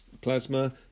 plasma